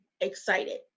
excited